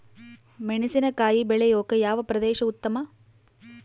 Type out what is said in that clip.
ಮೆಣಸಿನಕಾಯಿ ಬೆಳೆಯೊಕೆ ಯಾವ ಪ್ರದೇಶ ಉತ್ತಮ?